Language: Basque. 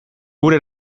gure